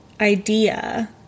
Idea